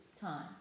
time